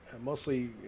Mostly